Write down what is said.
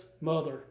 mother